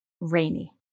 rainy